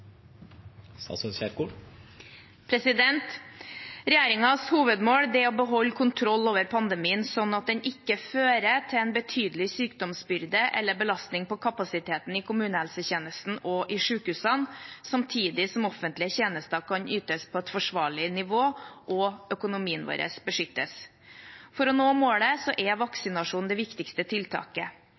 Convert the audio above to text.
å beholde kontrollen over pandemien slik at den ikke fører til en betydelig sykdomsbyrde eller belastning på kapasiteten i kommunehelsetjenesten og i sykehusene, samtidig som offentlige tjenester kan ytes på et forsvarlig nivå, og økonomien vår beskyttes. For å nå målet er vaksinasjon det viktigste tiltaket.